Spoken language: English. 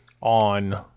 on